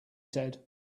said